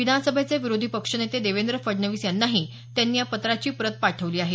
विधानसभेचे विरोधी पक्षनेते देवेंद्र फडणवीस यांनाही त्यांनी या पत्राची प्रत पाठवली आहे